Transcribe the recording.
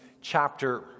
chapter